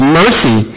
mercy